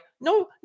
no